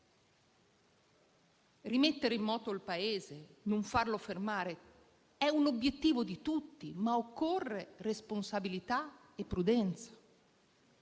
Rimettere in moto il Paese, non farlo fermare è un obiettivo di tutti, ma occorrono responsabilità e prudenza.